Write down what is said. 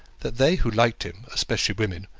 that they who liked him, especially women,